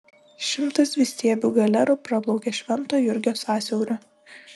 šimtas dvistiebių galerų praplaukė švento jurgio sąsiauriu